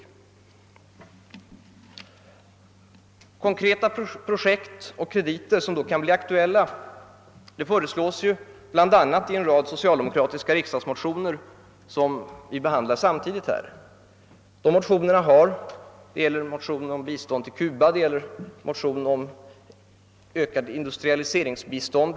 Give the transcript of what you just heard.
Konkreta projekt och krediter som då kan bli aktuella föreslås ju bl.a. i en rad socialdemokratiska riksdagsmotio ner, som vi nu behandlar samtidigt. Det gäller motioner om bistånd till Cuba och bl.a. ökat industrialiseringsbistånd.